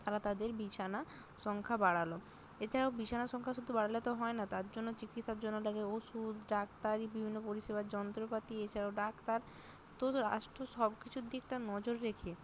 তারা তাদের বিছানার সংখ্যা বাড়াল এছাড়াও বিছানার সংখ্যা শুধু বাড়ালে তো হয় না তার জন্য চিকিৎসার জন্য লাগে ওষুধ ডাক্তারি বিভিন্ন পরিষেবার যন্ত্রপাতি এছাড়াও ডাক্তার তো তো রাষ্ট্র সব কিছুর দিকটা নজর রেখে